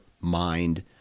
mind